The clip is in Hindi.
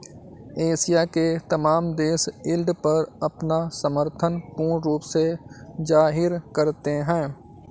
एशिया के तमाम देश यील्ड पर अपना समर्थन पूर्ण रूप से जाहिर करते हैं